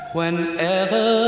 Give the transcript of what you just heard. Whenever